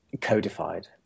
codified